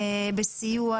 בסיוע,